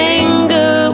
anger